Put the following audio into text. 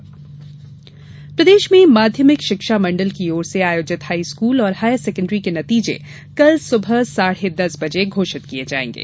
परीक्षा नतीजे प्रदेश में माध्यमिक शिक्षा मंडल की ओर से आयोजित हाईस्कूल और हायर सेकेंड्री के नतीजे कल सुबह साढ़े दस बजे घोषित किए जाएंगे